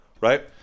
right